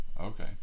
Okay